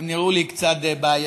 הם נראו לי קצת בעייתיים.